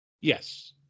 Yes